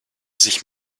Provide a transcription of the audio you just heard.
sich